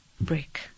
break